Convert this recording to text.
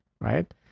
right